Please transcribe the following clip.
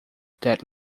that